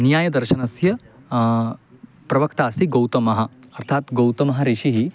न्यायदर्शनस्य प्रवक्ता अस्ति गौतमः अर्थात् गौतमः ऋषिः